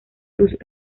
sus